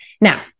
now